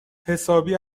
حسابی